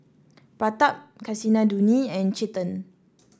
Pratap Kasinadhuni and Chetan